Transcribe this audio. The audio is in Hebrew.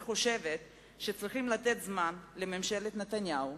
אני חושבת שצריך לתת לממשלת נתניהו